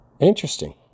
Interesting